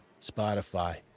Spotify